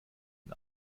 den